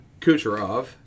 Kucherov